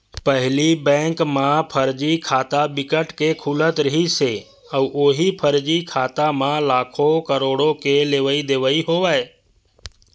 पहिली बेंक म फरजी खाता बिकट के खुलत रिहिस हे अउ उहीं फरजी खाता म लाखो, करोड़ो के लेवई देवई होवय